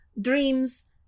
dreams